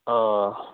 آ